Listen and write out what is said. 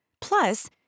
Plus